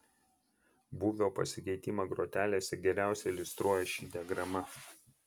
būvio pasikeitimą grotelėse geriausiai iliustruoja ši diagrama